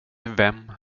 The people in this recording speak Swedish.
vem